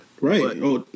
Right